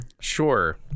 sure